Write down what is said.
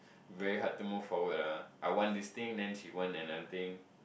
very hard to move forward la I want this thing then she want another thing